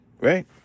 right